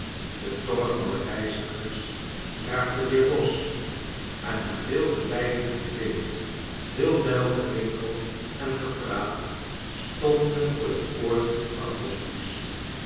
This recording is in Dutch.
de tongen van de reizigers raakten weer los en na veel glijden en klimmen veel belgerinkel en gepraat stond men voor de poort van het